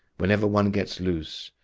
whenever one gets loose,